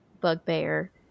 bugbear